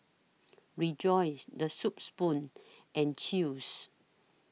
Rejoice The Soup Spoon and Chew's